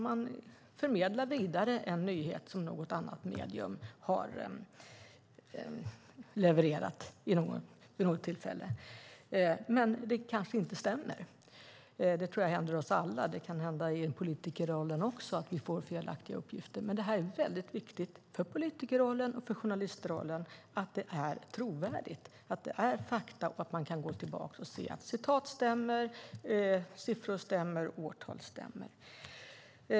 Man förmedlar en nyhet vidare som något annat medium har levererat men som kanske inte stämmer. Det tror jag händer oss alla. Det kan hända även i politikerrollen att vi får felaktiga uppgifter. Men det är viktigt för politikerrollen och journalistrollen att det som man förmedlar är trovärdigt, att det är fakta och att man kan gå tillbaka och se att citat, siffror och årtal stämmer.